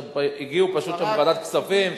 הגיעו פשוט שם מוועדת הכספים,